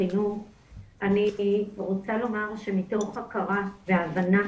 אני רוצה לומר שמתוך הכרה והבנה